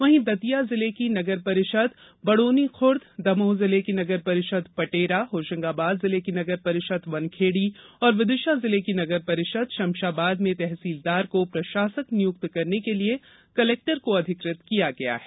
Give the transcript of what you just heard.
वहीं दतिया जिले की नगर परिषद बड़ोनीखुर्द दमोह जिले की नगर परिषद पटेरा होशंगाबाद जिले की नगर परिषद वनखेड़ी और विदिशा जिले की नगर परिषद शमशाबाद में तहसीलदार को प्रशासक नियुक्त करने के लिये कलेक्टर को अधिकृत किया गया है